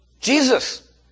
Jesus